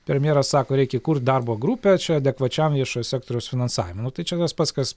premjeras sako reikia kurt darbo grupę čia adekvačiam viešojo sektoriaus finansavimui nu tai čia tas pats kas